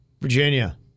Virginia